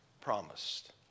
promised